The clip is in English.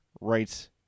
rights